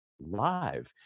Live